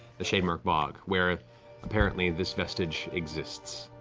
the shademirk bog, where apparently this vestige exists.